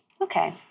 Okay